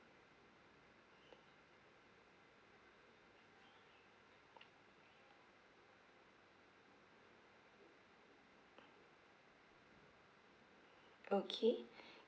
okay